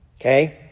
okay